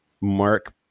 Mark